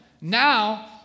Now